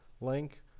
link